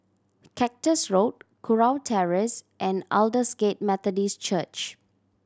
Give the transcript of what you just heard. Cactus Road Kurau Terrace and Aldersgate Methodist Church